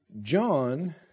John